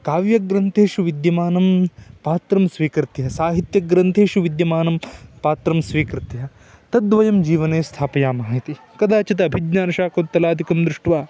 काव्यग्रन्थेषु विद्यमानं पात्रं स्वीकृत्य साहित्यग्रन्थेषु विद्यमानं पात्रं स्वीकृत्य तद् वयं जीवने स्थापयामः इति कदाचिद् अभिज्ञानशाकुन्तलादिकं दृष्ट्वा